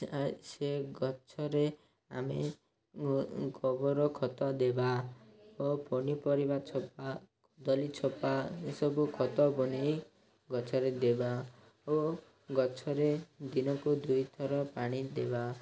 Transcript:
ସେ ଗଛରେ ଆମେ ଗୋବର ଖତ ଦେବା ଓ ପନିପରିବା ଚୋପା ଛପା ଏସବୁ ଖତ ବନେଇ ଗଛରେ ଦେବା ଓ ଗଛରେ ଦିନକୁ ଦୁଇ ଥର ପାଣି ଦେବା